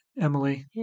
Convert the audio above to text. Emily